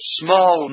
small